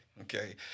okay